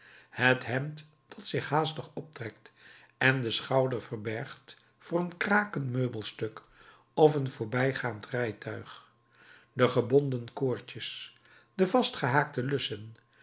het hemd dat zich haastig optrekt en den schouder verbergt voor een krakend meubelstuk of een voorbijgaand rijtuig de gebonden koordjes de vastgehaakte lussen